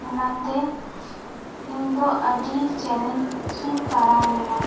ᱚᱱᱟᱛᱮ ᱤᱧ ᱫᱚ ᱟᱹᱰᱤ ᱪᱮᱞᱮᱧᱡ ᱨᱮᱧ ᱯᱟᱲᱟᱣ ᱞᱤᱱᱟ